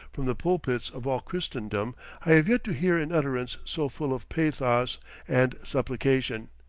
from the pulpits of all christendom i have yet to hear an utterance so full of pathos and supplication,